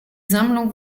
sammlung